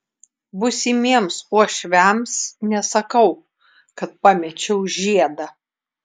būsimiems uošviams nesakau kad pamečiau žiedą